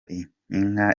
inka